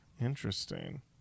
interesting